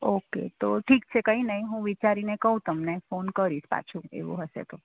okay તો ઠીક છે કંઈ નહીં હું વિચારીને કહું તમને ફોન કરીશ પાછો એવું હશે તો